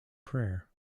prayer